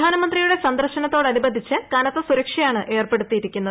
പ്രധാനമന്ത്രിയുടെ സന്ദർശനത്തോടനുബന്ധിച്ച് കനത്ത സ്കൂർക്ഷയാണ് ഏർപ്പെടുത്തിയിരിക്കുന്നത്